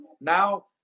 Now